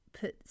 put